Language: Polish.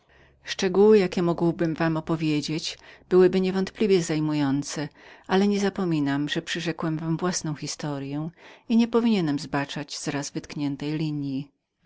szczegóły jakie mógłbym wam opowiedzieć zajęłyby bez wątpienia ale nie zapominam że przyrzekłem wam własną historyę i nie powinienem zbaczać z wytkniętej raz linji